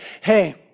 hey